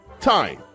Time